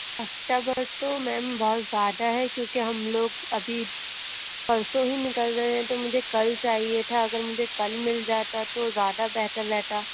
ہفتہ بھر تو میم بہت زیادہ ہے کیونکہ ہم لوگ ابھی پرسوں ہی نکل رہے ہیں تو مجھے کل چاہیے تھا اگر مجھے کل مِل جاتا تو زیادہ بہتر رہتا